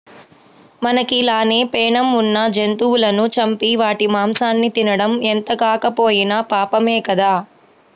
మనకి లానే పేణం ఉన్న జంతువులను చంపి వాటి మాంసాన్ని తినడం ఎంతగాకపోయినా పాపమే గదా